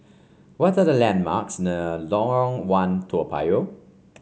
what are the landmarks near Lorong One Toa Payoh